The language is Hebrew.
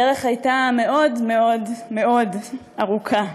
הדרך הייתה מאוד מאוד מאוד ארוכה,